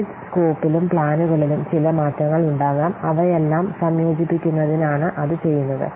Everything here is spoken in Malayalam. പ്രോജക്റ്റ് സ്കോപ്പിലും പ്ലാനുകളിലും ചില മാറ്റങ്ങളുണ്ടാകാം അവയെല്ലാം സംയോജിപ്പിക്കുന്നതിന് ആണ് അത് ചെയ്യുന്നത്